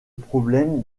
problème